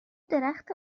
درخت